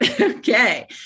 Okay